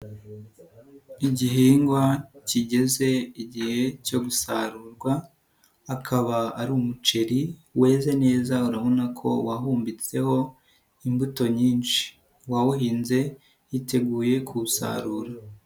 Igihingwa kigeze igihe cyo gusarurwa, akaba ari umuceri weze neza, urabona ko wahumbitseho imbuto nyinshi. Uwawuhinze yiteguye kuwusarura.